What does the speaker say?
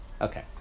Okay